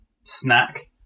snack